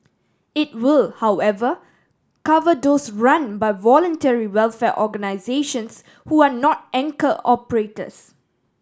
it will however cover those run by voluntary welfare organisations who are not anchor operators